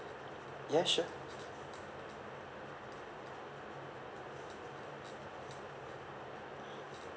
ya sure